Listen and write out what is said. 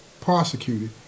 prosecuted